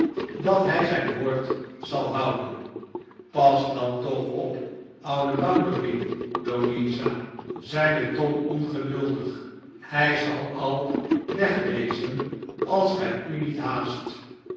dat hij zijn woord zal houden pas dan toch op oudenbounderby louisa zeide tom ongeduldig hij zal al weg wezen als gij u niet haast